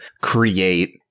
create